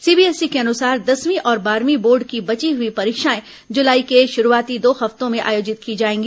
CBSE के अनुसार दसवीं और बारहवीं बोर्ड की बची हई परीक्षाएं जलाई के शुरूआती दो हफ्तों में आयोजित की जाएगी